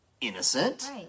innocent